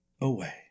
away